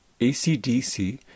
ACDC